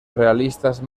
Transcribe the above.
realistas